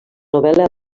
novel·la